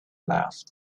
left